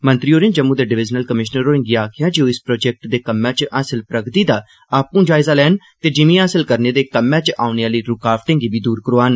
मंत्री होरें जम्मू दे डिवीजनल कमिष्नर होरे गी आक्खेआ जे ओह इस प्रोजेक्ट दे कम्मै च हासल प्रगति दा आपू जायजा लैन ते जिमी हासल करने दे कम्मै च औने आली रूकावटे गी बी दूर करोआन